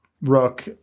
rook